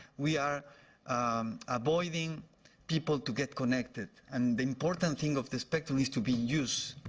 we are avoiding people to get connected, and the important thing of the spectrum is to be used.